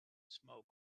smoke